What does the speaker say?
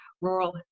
rural